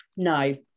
no